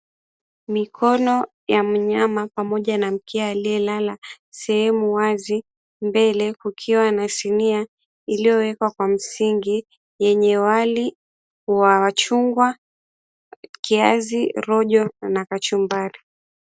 Mikono ya mnyama pamoja na mkia aliyelala sehemu wazi mbele kukiwa na sinia iliyowekwa kwa msingi yenye wali wa machungwa, kiazi, rojo na kachumbari.